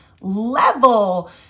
level